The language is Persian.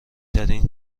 ترین